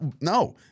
no